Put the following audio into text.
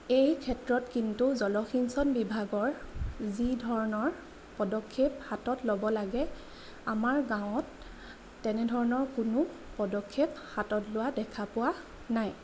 এই ক্ষেত্ৰত কিন্তু জলসিঞ্চন বিভাগৰ যি ধৰণৰ পদক্ষেপ হাতত ল'ব লাগে আমাৰ গাঁৱত তেনেধৰণৰ কোনো পদক্ষেপ হাতত লোৱা দেখা পোৱা নাই